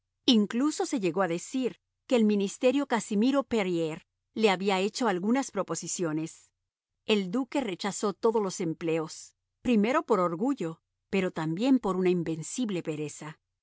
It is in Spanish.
incluso se llegó a decir que el ministerio casimiro périer le había hecho algunas proposiciones el duque rechazó todos los empleos primero por orgullo pero también por una invencible pereza